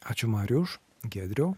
ačiū mariuš giedriau